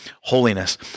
holiness